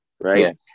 right